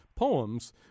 poems